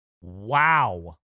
Wow